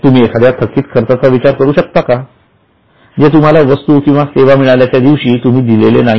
तुम्ही एखाद्या थकीत खर्चाचा विचार करू शकता का जे तुम्हाला वस्तू किंवा सेवा मिळाल्याच्या दिवशी तुम्ही दिलेले नाही